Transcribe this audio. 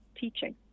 teaching